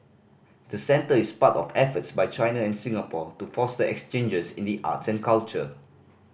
the centre is part of efforts by China and Singapore to foster exchanges in the arts and culture